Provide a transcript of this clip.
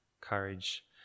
Courage